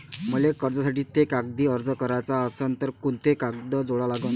मले कर्जासाठी थे कागदी अर्ज कराचा असन तर कुंते कागद जोडा लागन?